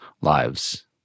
lives